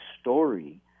story